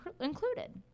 included